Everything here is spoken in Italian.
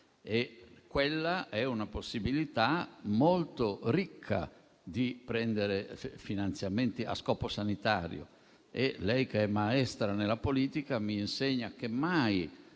e quella è una possibilità molto ricca di prendere finanziamenti a scopo sanitario. Lei, che è maestra nella politica, mi insegna che mai